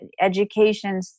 education